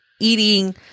eating